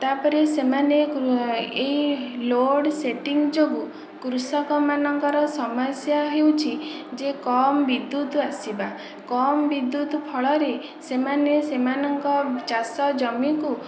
ତା ପରେ ସେମାନେ ଏହି ଲୋଡ଼୍ ସେଟିଙ୍ଗ ଯୋଗୁଁ କୃଷକ ମାନଙ୍କର ସମସ୍ୟା ହେଉଛି ଯେ କମ ବିଦ୍ୟୁତ ଆସିବା କମ ବିଦ୍ୟୁତ ଫଳରେ ସେମାନେ ସେମାନଙ୍କ ଚାଷ ଜମିକୁ